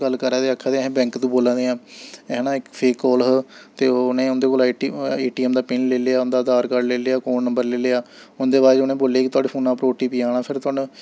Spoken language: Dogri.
गल्ल करा दे आखा दे अहें बैंक तों बोल्ला दे आं हैना इक फेक काल हा ते ओह् उ'नें उंदे कोला A T A T M दा पिन लेई लेआ उं'दा आधार कार्ड लेई लेआ अकाउंट नंबर लेई लेआ उं'दे बाद च उ'नें बोल्लेआ कि तोआढ़े फोना पर ओ टी पी औना फिर थुहानूं